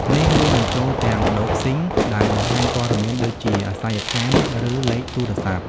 នេះរួមបញ្ចូលទាំងដូកស៊ីង (doxing) ដែលបង្ហាញព័ត៌មានដូចជា អាសយដ្ឋានផ្ទះ ឬលេខទូរស័ព្ទ។